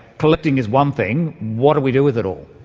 collecting is one thing what do we do with it all?